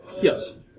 Yes